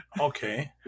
okay